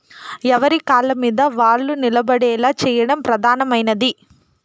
ఎవరి కాళ్ళమీద వాళ్ళు నిలబడేలా చేయడం ప్రధానమైనది